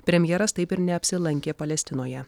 premjeras taip ir neapsilankė palestinoje